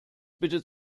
bitte